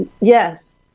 Yes